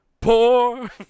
poor